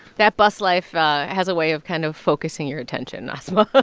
that bus life has a way of kind of focusing your attention, asma.